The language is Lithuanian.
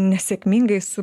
nesėkmingai su